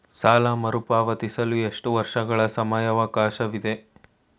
ಸಾಲ ಮರುಪಾವತಿಸಲು ಎಷ್ಟು ವರ್ಷಗಳ ಸಮಯಾವಕಾಶವಿದೆ?